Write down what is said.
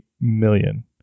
million